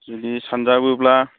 जुदि सान्जाबोब्ला